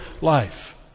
life